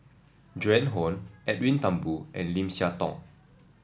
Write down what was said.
Joan Hon Edwin Thumboo and Lim Siah Tong